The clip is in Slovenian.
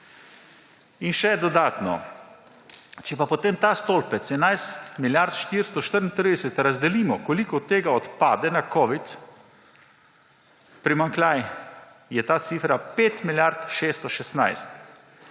Še dodatno, če pa potem ta stolpec 11 milijard 434 razdelimo, koliko od tega odpade na covid, primanjkljaj, je ta cifra 5 milijard 616.